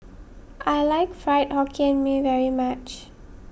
I like Fried Hokkien Mee very much